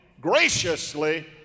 graciously